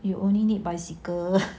you only need bicycle